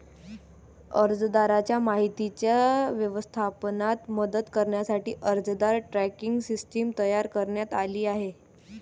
अर्जदाराच्या माहितीच्या व्यवस्थापनात मदत करण्यासाठी अर्जदार ट्रॅकिंग सिस्टीम तयार करण्यात आली आहे